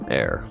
air